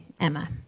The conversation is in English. Emma